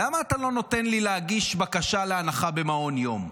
למה אתה לא נותן לי להגיש בקשה להנחה במעון יום?